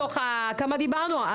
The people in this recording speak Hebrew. מתוך הכמה דיברנו?